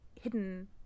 hidden